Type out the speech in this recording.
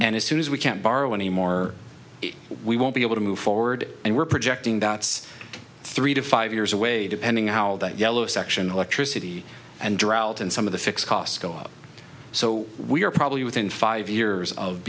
and as soon as we can't borrow anymore we won't be able to move forward and we're projecting doubts three to five years away depending on how that yellow section electricity and drought and some of the fixed costs go up so we are probably within five years of